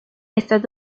estas